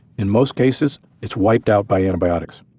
in most cases it's wiped out by antibiotics.